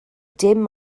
dim